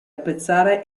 apprezzare